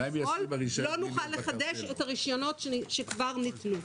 לא נוכל לחדש את הרישיונות שכבר ניתנו.